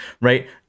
right